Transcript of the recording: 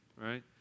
right